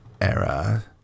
Era